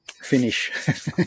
finish